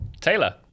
Taylor